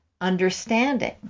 understanding